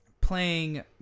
playing